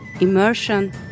immersion